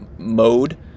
Mode